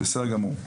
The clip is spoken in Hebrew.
בסדר גמור,